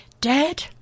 Dad